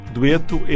Dueto